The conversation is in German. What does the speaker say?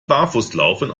barfußlaufen